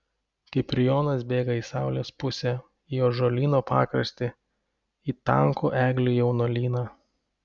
kiprijonas bėga į saulės pusę į ąžuolyno pakraštį į tankų eglių jaunuolyną